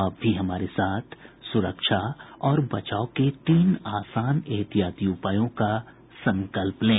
आप भी हमारे साथ सुरक्षा और बचाव के तीन आसान एहतियाती उपायों का संकल्प लें